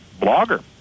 Blogger